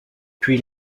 puis